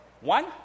One